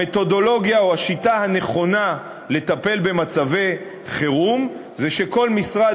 המתודולוגיה או השיטה הנכונה לטפל במצבי חירום זה שכל משרד